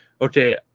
okay